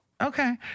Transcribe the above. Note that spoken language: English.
Okay